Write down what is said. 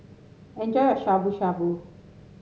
enjoy your Shabu Shabu